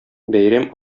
бәйрәм